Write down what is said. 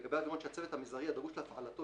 לגבי אווירון שהצוות המזערי הדרוש להפעלתו